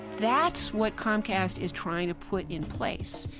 that's what comcast is trying to put in place.